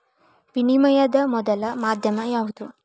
ವಿನಿಮಯದ ಮೊದಲ ಮಾಧ್ಯಮ ಯಾವ್ದು